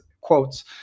quotes